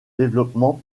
développement